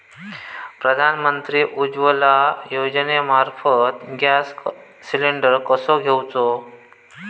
प्रधानमंत्री उज्वला योजनेमार्फत gas cylinder कसो घेऊचो?